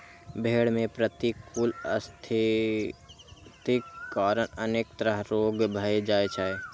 भेड़ मे प्रतिकूल स्थितिक कारण अनेक तरह रोग भए जाइ छै